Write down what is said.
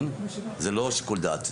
זה לא שיקול דעת.